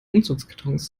umzugskartons